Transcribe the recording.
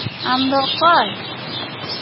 ᱟᱢ ᱫᱚ ᱚᱠᱚᱭ